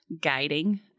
guiding